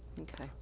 okay